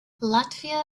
latvia